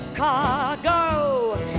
Chicago